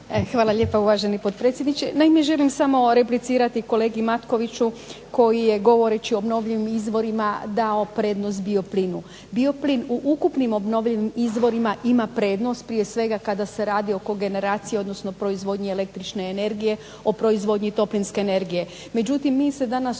Hvala lijepa uvaženi potpredsjedniče. Naime, želim samo replicirati kolegi Matkoviću koji je govoreći o obnovljivim izvorima dao prednost bioplinu. Bioplin u ukupnim obnovljivim izvorima ima prednost, prije svega kada se radi oko generacije, odnosno proizvodnje električne energije, o proizvodnji toplinske energije. Međutim, mi se danas